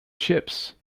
chips